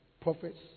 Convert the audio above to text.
prophets